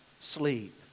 sleep